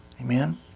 Amen